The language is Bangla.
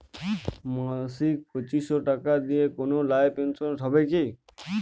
মাসিক পাঁচশো টাকা দিয়ে কোনো লাইফ ইন্সুরেন্স হবে কি?